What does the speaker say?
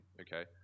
okay